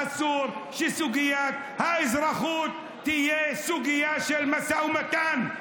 אסור שסוגיית האזרחות תהיה סוגיה של משא ומתן.